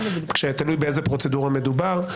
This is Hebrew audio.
תלוי באיזה פרוצדורה מדובר.